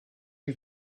you